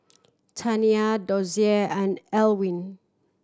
Taniya Dozier and Elwyn